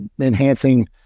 enhancing